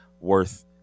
worth